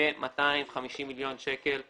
כ-250 מיליון שקלים,